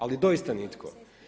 Ali doista nitko.